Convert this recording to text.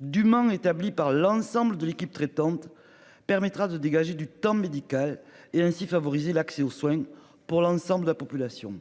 Du Mans établi par l'ensemble de l'équipe traitante permettra de dégager du temps médical et ainsi favoriser l'accès aux soins pour l'ensemble de la population.